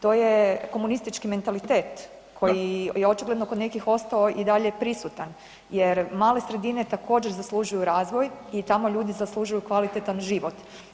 To je komunistički mentalitet koji je očigledno kod nekih ostao i dalje prisutan jer i male sredine također zaslužuju razvoj i tamo ljudi zaslužuju kvalitetan život.